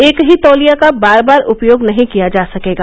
एक ही तौलिया का बार बार उपयोग नहीं किया जा सकेगा